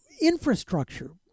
Infrastructure